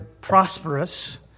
prosperous